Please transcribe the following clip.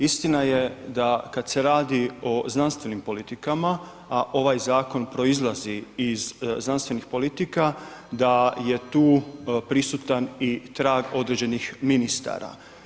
Istina je da kad se radi o znanstvenim politikama, a ovaj zakon proizlazi iz znanstvenih politika, da je tu prisutan i trag određenih ministara.